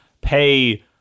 pay